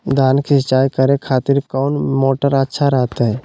धान की सिंचाई करे खातिर कौन मोटर अच्छा रहतय?